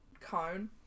cone